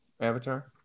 Avatar